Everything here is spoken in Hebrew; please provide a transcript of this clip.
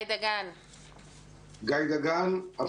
דגן, בבקשה.